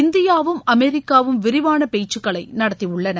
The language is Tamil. இநதியாவும் அமெரிக்காவும் விரிவான பேச்சுக்களை நடத்தியுள்ளன